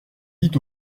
dit